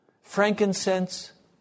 frankincense